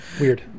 Weird